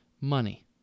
money